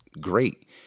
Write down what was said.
great